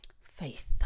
faith